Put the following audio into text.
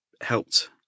helped